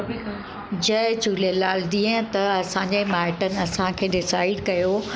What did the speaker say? जय झूलेलाल जीअं त असांजे माइटनि असांखे डिसाइड कयो